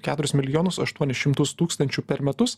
keturis milijonus aštuonis šimtus tūkstančių per metus